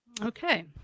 Okay